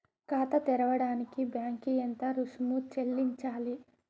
ఖాతా తెరవడానికి బ్యాంక్ కి ఎంత రుసుము చెల్లించాలి?